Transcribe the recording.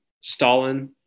Stalin